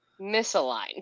misaligned